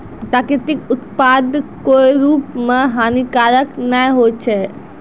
प्राकृतिक उत्पाद कोय रूप म हानिकारक नै होय छै